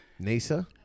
NASA